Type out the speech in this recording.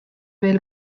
veel